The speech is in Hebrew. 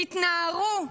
תתנערו.